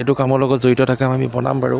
এইটো কামৰ লগত জড়িত থাকিম আমি বনাম বাৰু